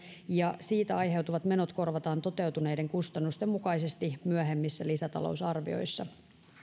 ja siitä aiheutuvat menot korvataan toteutuneiden kustannusten mukaisesti myöhemmissä lisätalousarvioissa